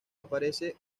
aparece